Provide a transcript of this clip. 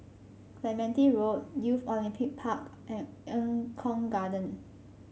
Clementi Road Youth Olympic Park and Eng Kong Garden